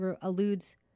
alludes